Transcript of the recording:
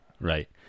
right